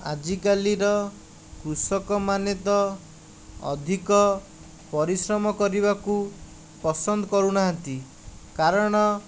ଆଜି କାଲିର କୃଷକମାନେ ତ ଅଧିକ ପରିଶ୍ରମ କରିବାକୁ ପସନ୍ଦ କରୁନାହାନ୍ତି କାରଣ